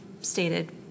stated